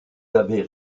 avez